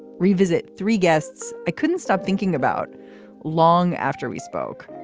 revisit three guests. i couldn't stop thinking about long after we spoke.